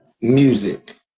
music